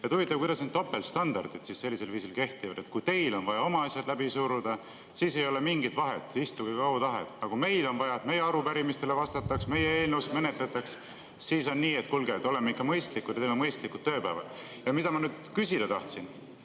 Huvitav, kuidas need topeltstandardid sellisel viisil kehtivad. Kui teil on vaja oma asjad läbi suruda, siis ei ole mingit vahet, istugu kaua tahes, aga kui meil on vaja, et meie arupärimistele vastataks, meie eelnõusid menetletaks, siis on nii, et kuulge, oleme ikka mõistlikud ja teeme mõistlikud tööpäevad. Mida ma nüüd küsida tahtsin